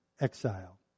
exile